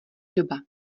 doba